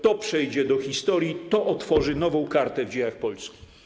To przejdzie do historii, to otworzy nową kartę w dziejach Polski.